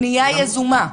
פנייה יזומה.